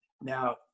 Now